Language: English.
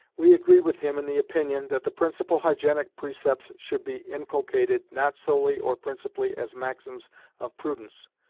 we agree with him in the opinion, that the principal hygienic precepts should be inculcated, not solely or principally as maxims of prudence,